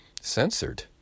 censored